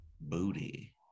booty